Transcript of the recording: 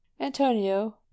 antonio